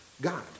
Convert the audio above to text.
God